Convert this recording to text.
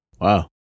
Wow